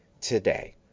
today